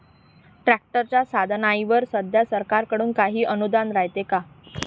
ट्रॅक्टरच्या साधनाईवर सध्या सरकार कडून काही अनुदान रायते का?